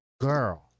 girl